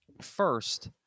first